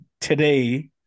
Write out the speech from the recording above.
today